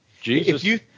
Jesus